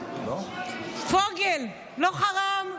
פוגל, לא חראם?